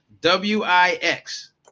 W-I-X